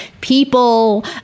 people